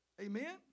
Amen